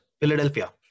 Philadelphia